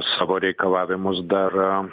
savo reikalavimus dar